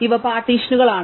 ഇവ പാർട്ടീഷനുകളാണ്